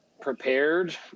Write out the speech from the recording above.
prepared